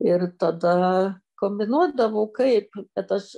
ir tada kombinuodavau kaip bet aš